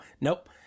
Nope